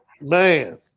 man